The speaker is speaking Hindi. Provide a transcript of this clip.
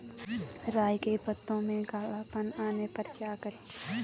राई के पत्तों में काला पन आने पर क्या करें?